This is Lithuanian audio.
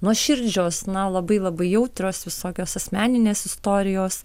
nuoširdžios na labai labai jautrios visokios asmeninės istorijos